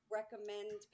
recommend